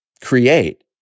create